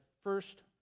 first